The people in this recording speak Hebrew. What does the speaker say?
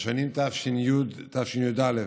בשנים תש"י-תשי"א,